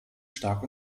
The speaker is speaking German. stark